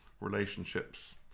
relationships